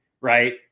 Right